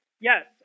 Yes